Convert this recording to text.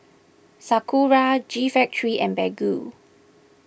Sakura G Factory and Baggu